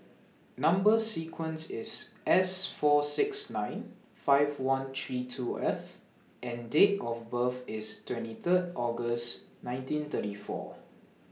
Number sequence IS S four six nine five one three two F and Date of birth IS twenty Third August nineteen thirty four